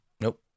Nope